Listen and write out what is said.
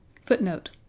Footnote